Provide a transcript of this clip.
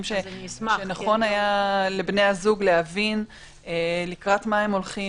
שנכון היה לבני הזוג להבין לקראת מה הולכים,